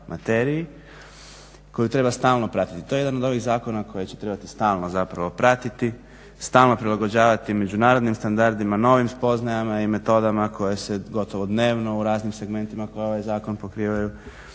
koje treba stalno pratiti. To je jedan od novih zakona koje će trebati stalno zapravo pratiti, stalno prilagođavati međunarodnim standardima, novim spoznajama i metodama koje se gotovo dnevno u raznim segmentima koje ovaj zakon pokrivaju